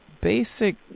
basic